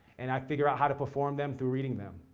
and i figure out how to perform them through reading them.